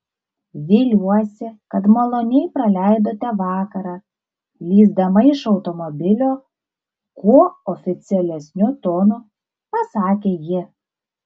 viliuosi kad maloniai praleidote vakarą lįsdama iš automobilio kuo oficialesniu tonu pasakė ji